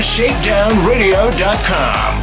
ShakedownRadio.com